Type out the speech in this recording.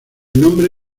nombre